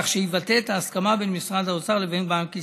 כך שיבטא את ההסכמה בין משרד האוצר לבין בנק ישראל,